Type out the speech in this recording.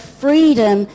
freedom